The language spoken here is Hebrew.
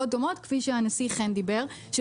והיותר כואבות שהיום המשטרה לא יכולה להגיש --- כבודו,